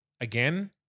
Again